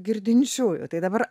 girdinčiųjų tai dabar